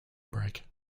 break